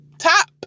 top